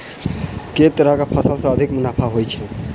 केँ तरहक फसल सऽ अधिक मुनाफा होइ छै?